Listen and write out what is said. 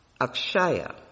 akshaya